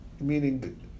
meaning